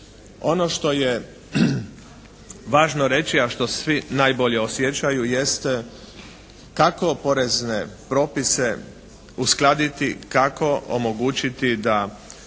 Ono što je važno reći, a što svi najbolje osjećaju jeste kako porezne propise uskladiti, kako omogućiti da